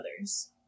others